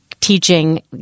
teaching